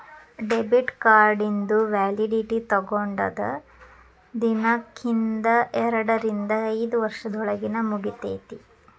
debit ಕಾರ್ಡಿಂದು validity ತೊಗೊಂಡದ್ ದಿನಾಂಕ್ದಿಂದ ಎರಡರಿಂದ ಐದ್ ವರ್ಷದೊಳಗ ಮುಗಿತೈತಿ